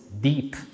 deep